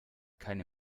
keine